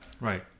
Right